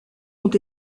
ont